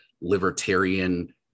libertarian